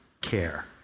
care